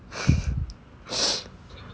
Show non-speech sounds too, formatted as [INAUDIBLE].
[LAUGHS] [BREATH]